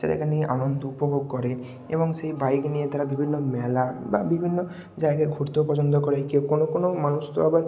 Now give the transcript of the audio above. সেটাকে নিয়ে আনন্দ উপভোগ করে এবং সেই বাইক নিয়ে তারা বিভিন্ন মেলা বা বিভিন্ন জায়গায় ঘুরতেও পছন্দ করে কেউ কোনো কোনো মানুষ তো আবার